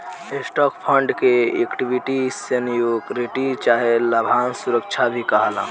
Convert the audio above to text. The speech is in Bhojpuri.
स्टॉक फंड के इक्विटी सिक्योरिटी चाहे लाभांश सुरक्षा भी कहाला